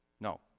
No